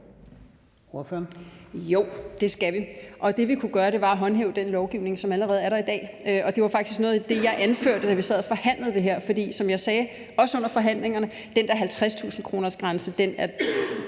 Jo, det skal vi. Og det, vi kunne gøre, var at håndhæve den lovgivning, som allerede er der i dag. Det var faktisk noget af det, jeg anførte, da vi sad og forhandlede det her, for som jeg sagde, også under forhandlingerne, om den der 50.000-kronersgrænse: Små